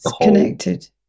connected